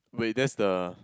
wait that's the